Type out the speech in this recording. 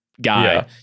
guy